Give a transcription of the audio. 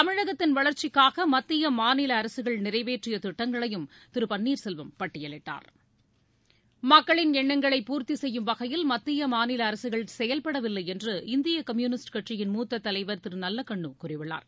தமிழகத்தின் வளர்ச்சிக்காக மத்திய மாநில அரசுகள் நிறைவேற்றிய திட்டங்களையும் திரு பன்னீர் செல்வம் பட்டியலிட்டார் மக்களின் எண்ணங்களை பூர்த்தி செய்யும் வகையில் மத்திய மாநில அரசுகள் செயல்படவில்லை என்று இந்திய கம்யுனிஸ்ட் கட்சியின் மூத்த தலைவர் திரு நல்லகண்ணு கூறியுள்ளார்